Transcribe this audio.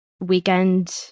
weekend